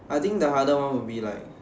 I think the harder one would be like